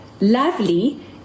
lovely